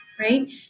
Right